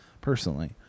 personally